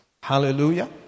Hallelujah